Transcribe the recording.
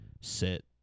sit